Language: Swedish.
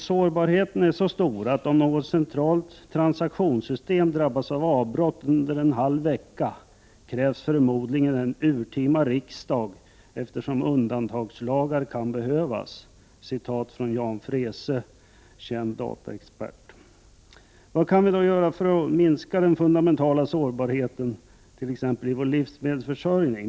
”Sårbarheten är så stor att om något centralt transaktionssystem drabbas av avbrott under en halv vecka, krävs förmodligen en urtima riksdag eftersom undantagslagar kan behövas” — jag citerar Jan Freese, känd dataexpert. Vad kan vi då göra för att minska den fundamentala sårbarheten t.ex. i vår livsmedelsförsörjning?